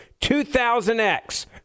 2000X